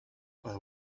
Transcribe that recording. for